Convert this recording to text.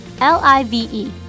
L-I-V-E